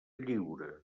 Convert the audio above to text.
lliura